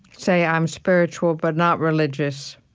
say, i'm spiritual, but not religious.